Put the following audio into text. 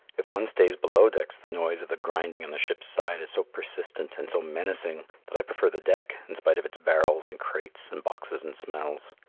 if one stays below decks the noise of the grinding on the ship's side is so persistent and so menacing that i prefer the deck in spite of its barrels and crates and boxes and smells.